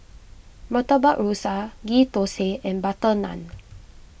Murtabak Rusa Ghee Thosai and Butter Naan